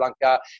Blanca